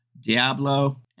diablo